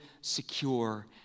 secure